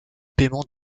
paiement